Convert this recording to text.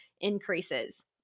increases